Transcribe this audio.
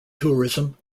tourism